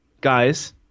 guys